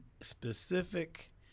specific